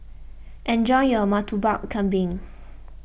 enjoy your Murtabak Kambing